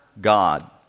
God